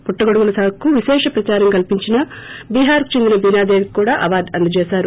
పుట్టగొడుగుల సాగుకు విశేష ప్రచారం కల్పించిన బిహార్కు చెందిన బీనాదేవికి కూడా అవార్డు అందజేశారు